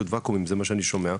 זה מה שאני שומע.